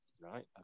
Right